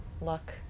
luck